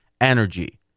energy